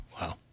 Wow